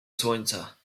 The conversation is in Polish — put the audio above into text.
słońca